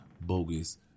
bogus